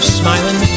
smiling